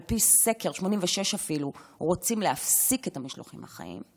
על פי סקר, רוצים להפסיק את המשלוחים החיים,